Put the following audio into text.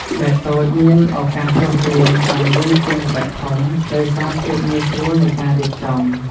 ស្បែកតូចមាន ឱកាសរស់រាន បានយូរជាងស្បែកធំ ដោយសារភាពងាយស្រួលនៃការរៀបចំ។